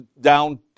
down